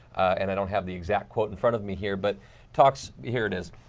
and i don't have the exact quote in front of me here. but talks here it is.